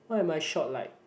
why am I short like